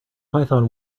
python